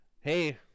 hey